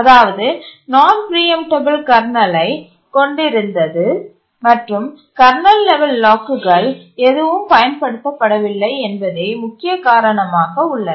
அதாவது நான் பிரீஎம்டபல் கர்னலைக் கொண்டிருந்தது மற்றும் கர்னல் லெவல் லாக்குகள் எதுவும் பயன்படுத்தப்படவில்லை என்பதே முக்கிய காரணமாக உள்ளன